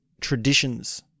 traditions